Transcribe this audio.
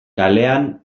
kalean